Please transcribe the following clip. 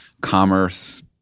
commerce